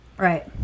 Right